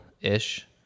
ish